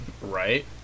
Right